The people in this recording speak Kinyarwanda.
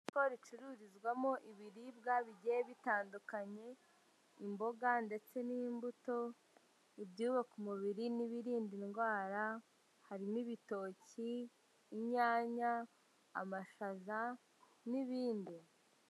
Iduka ricururizwamo ibiribwa bigiye bitandukanye imboga, ndetse n'imbuto, ibyubaka umubiri n'ibirinda indwara, harimo: ibitoki, inyanya, amashaza, n'ibindi.